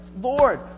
Lord